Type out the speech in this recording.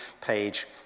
page